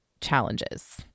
challenges